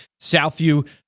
Southview